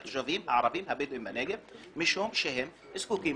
לתושבים הערבים-הבדואים בנגב משום שהם זקוקים